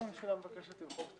לפתוח את